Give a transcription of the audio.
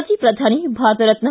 ಮಾಜಿ ಪ್ರಧಾನಿ ಭಾರತರತ್ನ